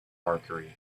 archery